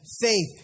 faith